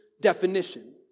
definition